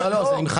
אין.